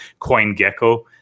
CoinGecko